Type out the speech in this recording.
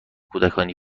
کودکانی